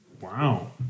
Wow